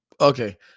okay